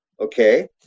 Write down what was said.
okay